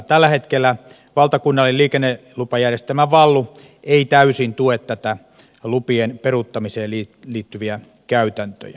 tällä hetkellä valtakunnallinen liikennelupajärjestelmä vallu ei täysin tue näitä lupien peruuttamiseen liittyviä käytäntöjä